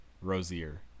Rosier